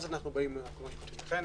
שרון, בבקשה